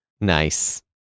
Nice